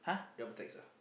double text ah